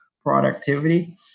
productivity